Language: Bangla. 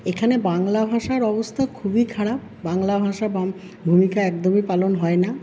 এখানে বাংলা ভাষার অবস্থা খুবই খারাপ বাংলা ভাষার ভূমিকা একদমই পালন হয়না